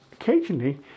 occasionally